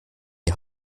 die